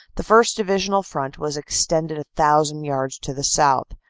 the first. divisional front was extended a thousand yards to the south,